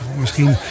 misschien